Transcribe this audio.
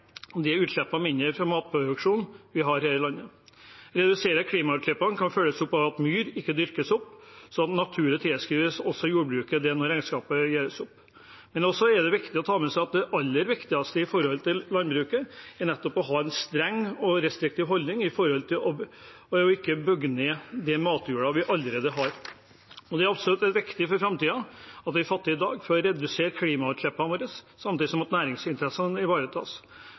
vi har her i landet, mindre. Å redusere klimagassutslippene kan følges opp ved at myr ikke dyrkes opp, slik at det naturlig tilskrives jordbruket når regnskapet gjøres opp. Det er også viktig å ta med seg at det aller viktigste knyttet til landbruket er å ha en streng og restriktiv holdning med hensyn til ikke å bygge ned den matjorda vi allerede har. Det er absolutt viktig for framtiden det vi fatter i dag for å redusere klimagassutslippene våre, samtidig som næringsinteressene ivaretas.